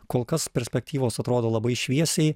kol kas perspektyvos atrodo labai šviesiai